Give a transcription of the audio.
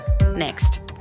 Next